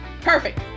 Perfect